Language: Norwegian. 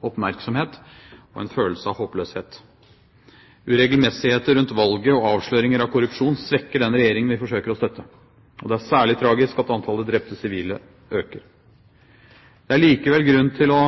oppmerksomhet og en følelse av håpløshet. Uregelmessigheter rundt valget og avsløringer av korrupsjon svekker den regjeringen vi forsøker å støtte. Og det er særlig tragisk at antallet drepte sivile øker. Det er likevel grunn til å